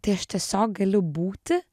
tai aš tiesiog galiu būti